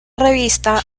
revista